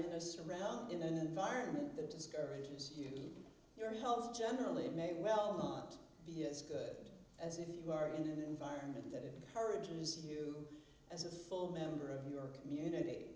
surround in an environment that discourages you your health generally may well not be as good as if you are in an environment that encourages you as a full member of your community